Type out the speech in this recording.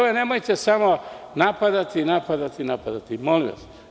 Nemojte samo napadati, napadati i napadati, molim vas.